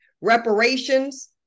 reparations